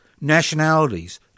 nationalities